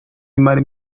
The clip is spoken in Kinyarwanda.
imara